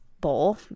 bowl